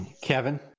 Kevin